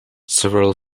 several